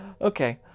Okay